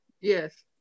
Yes